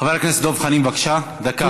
חבר הכנסת דב חנין, בבקשה, דקה.